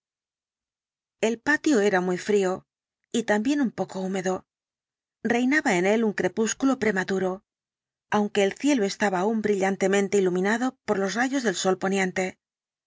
el patio era muy frío y también un poco húmedo reinaba en él un crepúsculo prematuro aunque el cielo estaba aún brillantemente iluminado por los rayos del sol poniente